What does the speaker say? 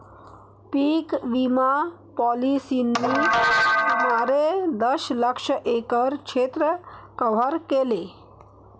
पीक विमा पॉलिसींनी सुमारे दशलक्ष एकर क्षेत्र कव्हर केले